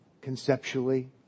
conceptually